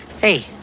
Hey